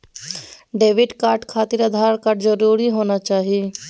Debit card खातिर Aadhaar card जरूरी होना चाहिए?